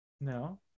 No